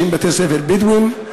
בתי-ספר בדואיים.